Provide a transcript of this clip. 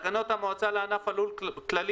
הנושא: הצעת תקנות המועצה לענף הלול (כללים